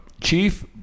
Chief